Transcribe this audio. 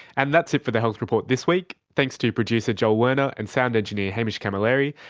and that's it for the health report this week. thanks to producer joel werner and sound engineer hamish camilleri.